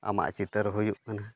ᱟᱢᱟᱜ ᱪᱤᱛᱟᱹᱨ ᱦᱩᱭᱩᱜ ᱠᱟᱱᱟ